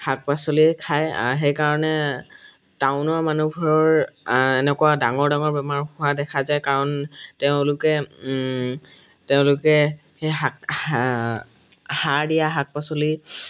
শাক পাচলি খায় সেইকাৰণে টাউনৰ মানুহবোৰৰ এনেকুৱা ডাঙৰ ডাঙৰ বেমাৰ হোৱা দেখা যায় কাৰণ তেওঁলোকে তেওঁলোকে সেই শাক সাৰ দিয়া শাক পাচলি